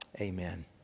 Amen